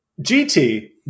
GT